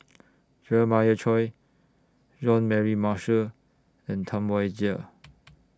Jeremiah Choy Jean Mary Marshall and Tam Wai Jia